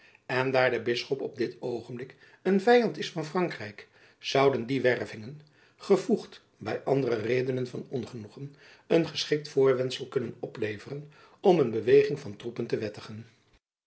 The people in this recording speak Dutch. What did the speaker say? en daar de bisschop op dit oogenblik een vyand is van frankrijk zouden die wervingen gevoegd by andere redenen van ongenoegen een geschikt voorwendsel kunnen opleveren om een beweging van troepen te wettigen